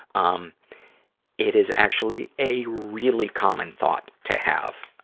um it is actually a really common thought to have.